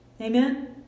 Amen